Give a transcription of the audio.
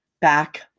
back